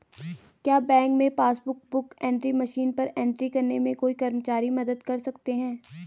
क्या बैंक में passbook book entry machine पर एंट्री करने में कोई कर्मचारी मदद कर सकते हैं?